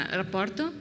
rapporto